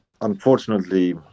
unfortunately